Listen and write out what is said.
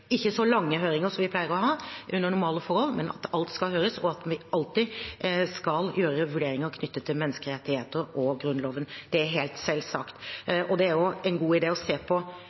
ikke så lange høringer som vi pleier å ha under normale forhold, men at alt skal høres, og at vi alltid skal gjøre vurderinger knyttet til menneskerettigheter og Grunnloven. Det er helt selvsagt, og det er en god idé å se på